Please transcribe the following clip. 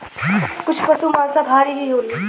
कुछ पसु मांसाहारी भी होलन